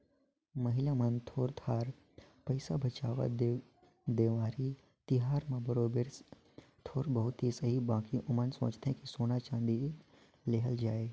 महिला मन थोर थार पइसा बंचावत, देवारी तिहार में बरोबेर थोर बहुत ही सही बकि ओमन सोंचथें कि सोना चाँदी लेहल जाए